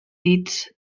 dits